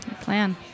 plan